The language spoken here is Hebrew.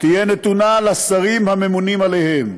תהיה נתונה לשרים הממונים עליהם.